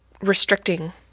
restricting